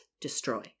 destroy